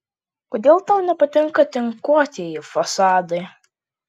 kodėl tau nepatinka tinkuotieji fasadai